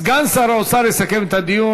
סגן שר האוצר יסכם את הדיון.